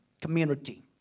community